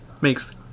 Makes